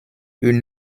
une